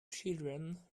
children